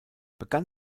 begann